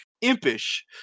Impish